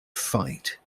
fight